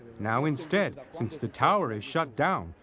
now instead, since the tower is shut down,